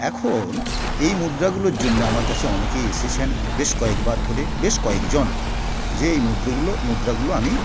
এখন এই মুদ্রাগুলোর জন্যে আমার কাছে অনেকেই এসেছেন বেশ কয়েকবার ধরে বেশ কয়েকজন যে এই মুদ্রোগুলো মুদ্রাগুলো আমি